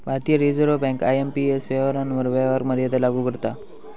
भारतीय reserve bank IMPS व्यवहारांवर व्यवहार मर्यादा लागू करता